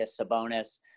Sabonis